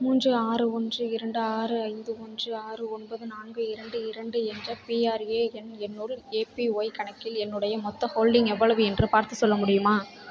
மூன்று ஆறு ஒன்று இரண்டு ஆறு ஐந்து ஒன்று ஆறு ஒன்பது நான்கு இரண்டு இரண்டு என்ற பிஆர்ஏஎன் எண்ணுள்ள ஏபிஒய் கணக்கில் என்னுடைய மொத்த ஹோல்டிங் எவ்வளவு என்று பார்த்துச் சொல்ல முடியுமா